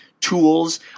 tools